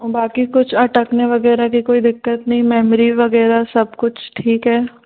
बाक़ी कुछ अटकने वग़ैरह की कोई दिक़्क़त नहीं मेमोरी वग़ैरह सब कुछ ठीक है